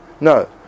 no